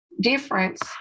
difference